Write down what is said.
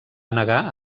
negar